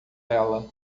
ela